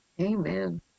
Amen